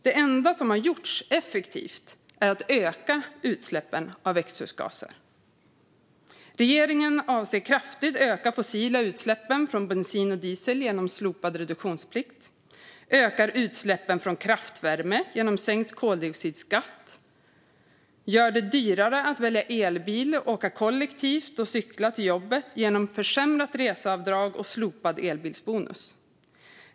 Det enda som har gjorts effektivt är att öka utsläppen av växthusgaser. Regeringen avser att kraftigt öka de fossila utsläppen från bensin och diesel genom slopad reduktionsplikt. Den ökar utsläppen från kraftvärme genom sänkt koldioxidskatt, och gör det dyrare att välja elbil, åka kollektivt och cykla till jobbet genom försämrat reseavdrag och slopad elbilsbonus.